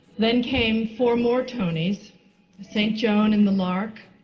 then came four more tonys st. joan in the lark,